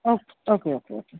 okay okay okay okay